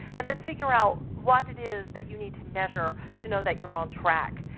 and then figure out what it is that you need to measure to know that you're on track.